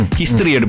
history